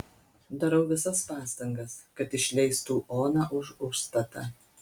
darau visas pastangas kad išleistų oną už užstatą